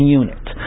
unit